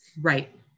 right